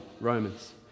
Romans